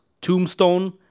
Tombstone